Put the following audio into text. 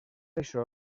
això